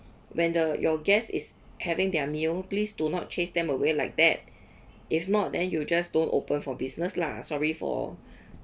when the your guests is having their meal please do not chase them away like that if not then you just don't open for business lah sorry for